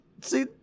see